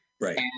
Right